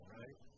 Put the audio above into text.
right